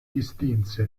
distinse